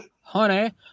honey